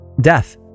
Death